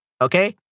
Okay